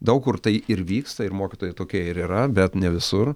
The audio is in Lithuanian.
daug kur tai ir vyksta ir mokytojai tokie ir yra bet ne visur